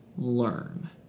learn